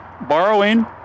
borrowing